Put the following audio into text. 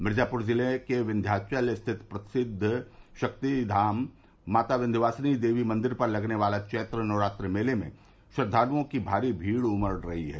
मिर्जाप्र जिले के विन्ध्याचल स्थित प्रसिद्व शक्तिपीठ माता विन्ध्यवासिनी देवी मंदिर पर लगने वाले चैत्र नवरात्र मेले में श्रद्वालुओं की भारी भीड़ उमड़ रही है